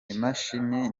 imashini